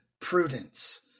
prudence